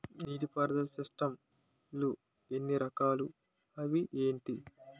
నీటిపారుదల సిస్టమ్ లు ఎన్ని రకాలు? అవి ఏంటి?